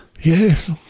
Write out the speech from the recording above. Yes